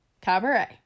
Cabaret